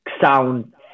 sound